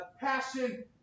passion